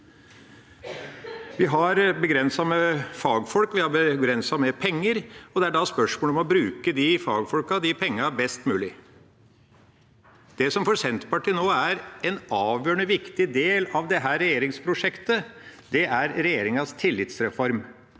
vi har begrenset med penger. Det er da et spørsmål om å bruke de fagfolkene og pengene best mulig. Det som for Senterpartiet nå er en avgjørende viktig del av dette regjeringsprosjektet, er regjeringas tillitsreform,